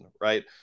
right